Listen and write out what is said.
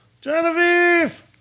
Genevieve